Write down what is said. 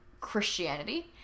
Christianity